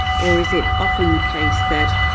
or is it often the case that,